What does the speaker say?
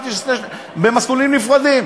חשבתי שזה במסלולים נפרדים.